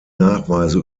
nachweise